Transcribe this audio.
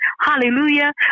Hallelujah